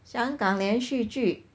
香港连续剧